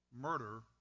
murder